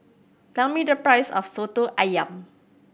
tell me the price of Soto Ayam